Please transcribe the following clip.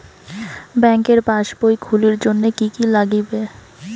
ব্যাঙ্কের পাসবই খুলির জন্যে কি কি নাগিবে?